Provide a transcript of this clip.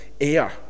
air